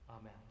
Amen